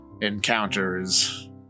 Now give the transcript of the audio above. Encounters